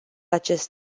acest